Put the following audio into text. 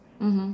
mmhmm